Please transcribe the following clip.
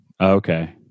Okay